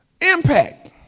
Impact